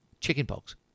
Chickenpox